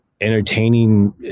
entertaining